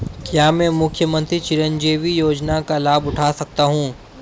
क्या मैं मुख्यमंत्री चिरंजीवी योजना का लाभ उठा सकता हूं?